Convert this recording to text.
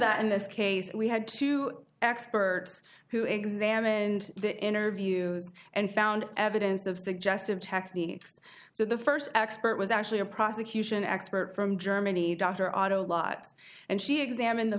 that in this case we had two experts who examined the interviews and found evidence of suggestive techniques so the first expert was actually a prosecution expert from germany dr auto lot and she examined the